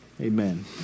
Amen